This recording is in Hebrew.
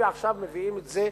עכשיו מביאים את זה,